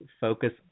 focus